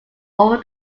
over